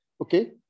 Okay